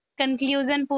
conclusion